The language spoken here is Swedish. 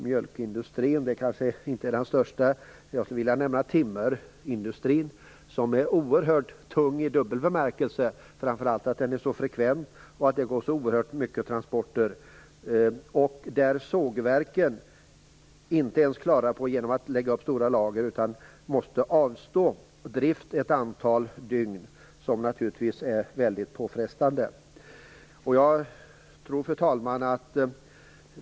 Mjölkindustrin, som nämndes, är inte den största. Jag skulle i stället vilja peka på timmerindustrin, som i dubbel bemärkelse är oerhört tung och som genererar oerhört många transporter. Sågverken klarar inte att lägga upp stora lager utan måste vid avstängningar avstå från drift ett antal dygn, vilket naturligtvis är mycket påfrestande. Fru talman!